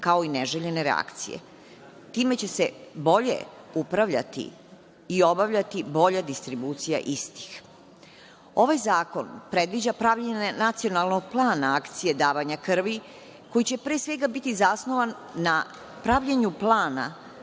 kao i neželjene reakcije. Time će se bolje upravljati i obavljati bolja distribucija istih. Ovaj zakon predviđa pravljenje nacionalnog plana akcije davanja krvi, koji će pre svega biti zasnovan na pravljenju plana